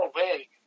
away